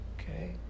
okay